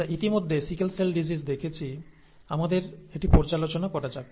আমরা ইতিমধ্যে sickle cell disease দেখেছি আমাদের এটি পর্যালোচনা করা যাক